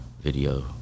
video